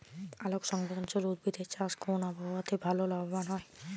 আলোক সংবেদশীল উদ্ভিদ এর চাষ কোন আবহাওয়াতে ভাল লাভবান হয়?